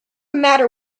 matter